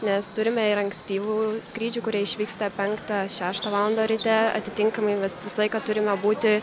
nes turime ir ankstyvų skrydžių kurie išvyksta penktą šeštą valandą ryte atitinkamai mes visą laiką turime būti